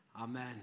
Amen